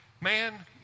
Man